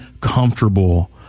comfortable